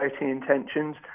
intentions